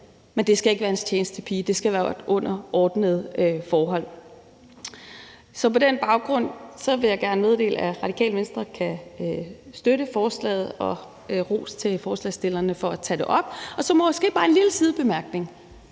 men det skal ikke være en tjenestepige. Det skal være under ordnede forhold. Så på den baggrund vil jeg gerne meddele, at Radikale Venstre kan støtte forslaget og roser forslagsstillerne for at tage det op. Jeg har også en lille sidebemærkning